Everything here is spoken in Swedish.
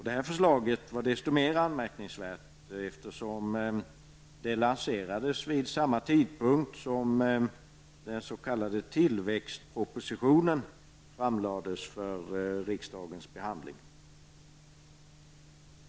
Detta förslag var mycket anmärkningsvärt eftersom det lanserades vid samma tidpunkt som den s.k. tillväxtpropositionen framlades för riksdagens behandling.